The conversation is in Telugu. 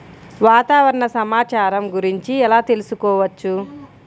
వాతావరణ సమాచారం గురించి ఎలా తెలుసుకోవచ్చు?